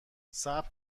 صبر